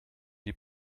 die